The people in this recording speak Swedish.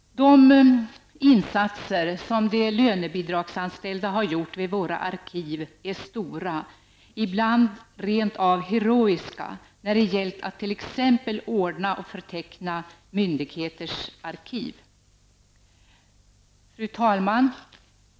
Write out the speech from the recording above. De insatser som de lönebidragsanställda har gjort vid våra arkiv är stora, ibland rent av heroiska, när det gällt att t.ex. ordna och förteckna myndigheters arkiv. Fru talman!